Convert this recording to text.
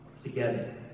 together